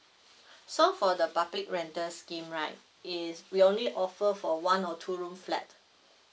so for the public rental scheme right is we only offer for one or two room flat